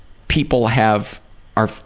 people have are